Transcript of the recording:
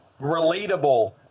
relatable